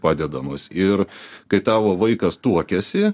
padedamas ir kai tavo vaikas tuokiasi